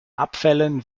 abfällen